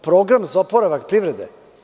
Program za oporavak privrede?